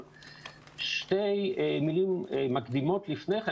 אבל שתי מלים מקדימות לפני כן.